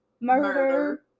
murder